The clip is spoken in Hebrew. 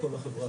חברה